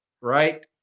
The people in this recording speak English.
Right